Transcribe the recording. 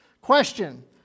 Question